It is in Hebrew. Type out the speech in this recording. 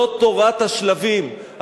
זאת תורת השלבים.